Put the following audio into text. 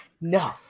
No